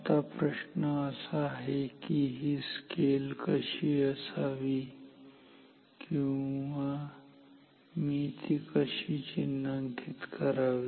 आता प्रश्न असा आहे की ही स्केल कशी असावी किंवा मी ती कशी चिन्हांकित करावी